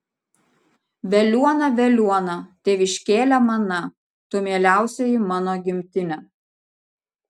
veliuona veliuona tėviškėle mana tu mieliausioji mano gimtine